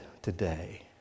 today